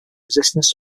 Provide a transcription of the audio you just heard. resistance